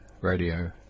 radio